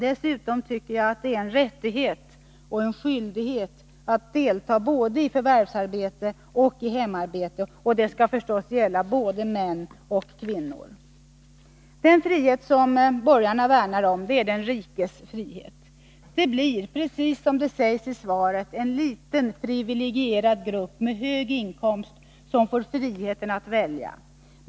Dessutom tycker jag att det är en rättighet och en skyldighet att delta både i förvärvsarbete och i hemarbete, och det skall förstås gälla både män och kvinnor. Den frihet som borgarna värnar om är den rikes frihet. Det blir, precis som det sägs i svaret, en liten privilegierad grupp med hög inkomst som får friheten att välja.